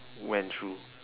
went through